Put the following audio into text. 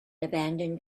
abandoned